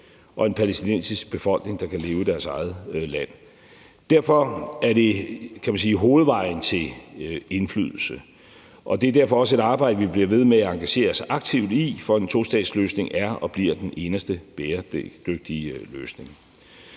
og en palæstinensisk befolkning, der kan leve i deres eget land. Derfor er det, kan man sige, hovedvejen til indflydelse, og det er derfor også et arbejde, vi bliver ved med at engagere os aktivt i, for en tostatsløsning er og bliver den eneste bæredygtige løsning.